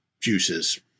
juices